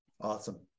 Awesome